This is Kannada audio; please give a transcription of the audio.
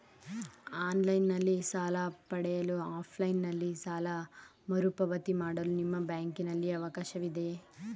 ಆನ್ಲೈನ್ ನಲ್ಲಿ ಸಾಲ ಪಡೆದರೆ ಆಫ್ಲೈನ್ ನಲ್ಲಿ ಸಾಲ ಮರುಪಾವತಿ ಮಾಡಲು ನಿಮ್ಮ ಬ್ಯಾಂಕಿನಲ್ಲಿ ಅವಕಾಶವಿದೆಯಾ?